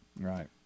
Right